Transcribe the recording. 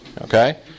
Okay